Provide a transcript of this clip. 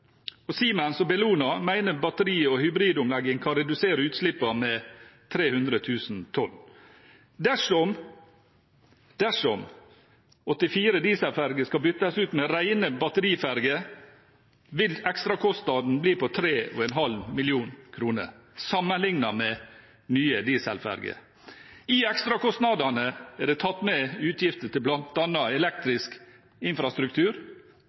og Siemens og Bellona mener batteri- og hybridomlegging kan redusere utslippene med 300 000 tonn. Dersom 84 dieselferger skal byttes ut med rene batteriferger, vil ekstrakostnaden bli på 3,5 mrd. kr sammenlignet med nye dieselferger. I ekstrakostnadene er det tatt med utgifter til bl.a. elektrisk infrastruktur,